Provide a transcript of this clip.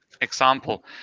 example